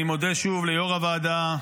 אני מודה שוב ליו"ר הוועדה,